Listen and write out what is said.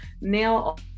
nail